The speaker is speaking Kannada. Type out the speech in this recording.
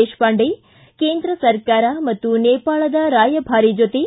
ದೇಶಪಾಂಡೆ ಕೇಂದ್ರ ಸರ್ಕಾರ ಮತ್ತು ನೇಪಾಳದ ರಾಯಭಾರಿ ಜೊತೆ